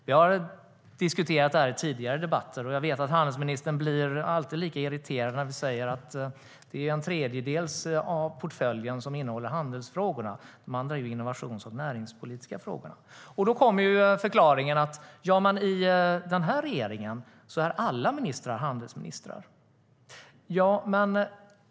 Vi har diskuterat det här i tidigare debatter, och jag vet att handelsministern alltid blir lika irriterad när vi säger att det är en tredjedel av portföljen som innehåller handelsfrågorna. De andra delarna är de innovations och näringspolitiska frågorna. Då kommer förklaringen att i den här regeringen är alla ministrar handelsministrar.